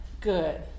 good